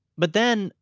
but then,